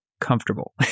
comfortable